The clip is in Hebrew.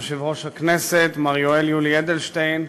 יושב-ראש הכנסת מר יולי יואל אדלשטיין,